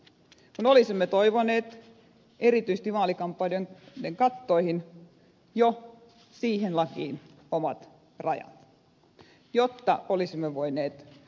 me olisimme toivoneet jo siihen lakiin erityisesti vaalikampanjoiden kattoihin omat rajat jotta olisimme voineet kohtuullistaa käytäviä kampanjoita